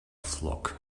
flock